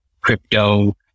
crypto